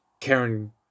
Karen